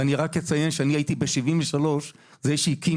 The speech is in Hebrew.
ואני רק אציין שב-1973 הייתי זה שהקים